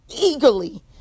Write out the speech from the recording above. eagerly